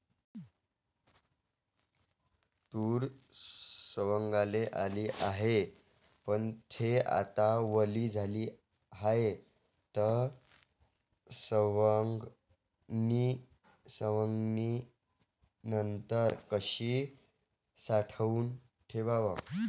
तूर सवंगाले आली हाये, पन थे आता वली झाली हाये, त सवंगनीनंतर कशी साठवून ठेवाव?